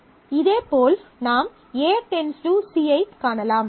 இதேபோல் நாம் A → C ஐக் காணலாம்